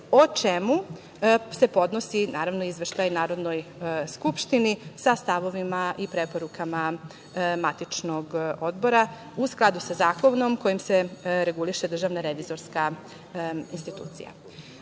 o čemu se podnosi, naravno, izveštaj Narodnoj skupštini sa stavovima i preporukama matičnog odbora, u skladu sa zakonom kojim se reguliše Državna revizorska institucija.Za